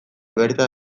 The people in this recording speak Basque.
bertan